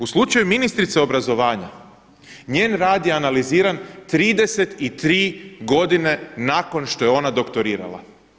U slučaju ministrice obrazovanja, njen rad je analiziran 33 godine nakon što je ona doktorirala.